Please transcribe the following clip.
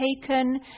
taken